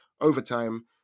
overtime